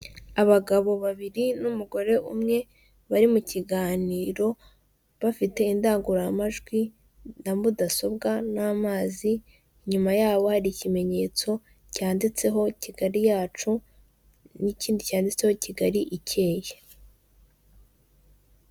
Abagabo babiri n'umugore umwe bari mu kiganiro bafite indangururamajwi na mudasobwa n'amazi, inyuma yabo hari ikimenyetso cyanditseho Kigali yacu n'ikindi cyanditse Kigali ikeye.